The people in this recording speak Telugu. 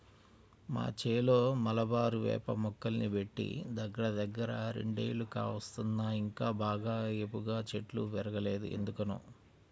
మా చేలో మలబారు వేప మొక్కల్ని బెట్టి దగ్గరదగ్గర రెండేళ్లు కావత్తన్నా ఇంకా బాగా ఏపుగా చెట్లు బెరగలేదు ఎందుకనో